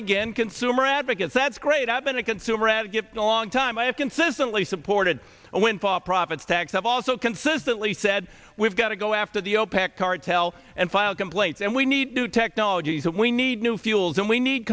again consumer advocates that's great i've been a consumer given a long time i have consistently supported a windfall profits tax i've also consistently said we've got to go after the opec cartel and file complaints and we need new technologies and we need new fuels and we need